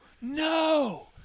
no